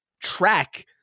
track